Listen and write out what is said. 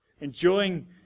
enjoying